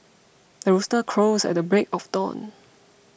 the rooster crows at the break of dawn